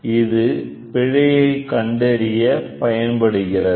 இதுபிழை ஐ கண்டறிய பயன்படுகிறது